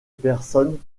personnes